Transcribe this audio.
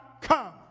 come